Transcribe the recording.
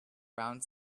around